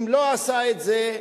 אם לא עשה את זה,